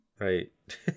Right